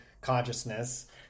consciousness